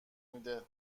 میده